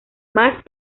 más